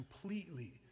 completely